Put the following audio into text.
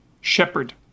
Shepherd